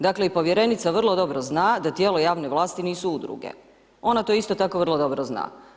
Dakle, povjerenica vrlo dobro zna, da tijelo javne vlasti nisu udruge, ona to isto tako vrlo dobro zna.